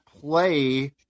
play